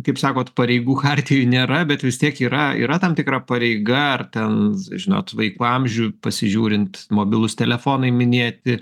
kaip sakot pareigų chartijoj nėra bet vis tiek yra yra tam tikra pareiga ar ten žinot vaikų amžių pasižiūrint mobilūs telefonai minėti